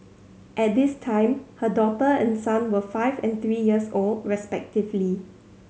at this time her daughter and son were five and three years old respectively